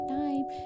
time